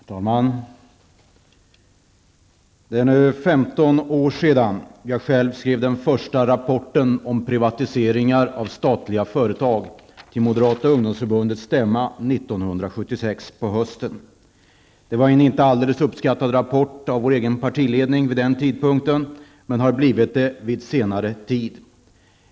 Herr talman! Det är nu 15 år sedan jag skrev den första rapporten om privatiseringar av statliga företag till moderata ungdomsförbundets stämma på hösten 1976. Det var en av vår egen partiledning vid den tidpunkten inte alldeles uppskattad rapport, men den har blivit det under senare tid.